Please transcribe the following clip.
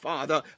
Father